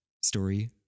story